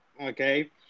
Okay